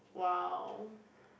!wow!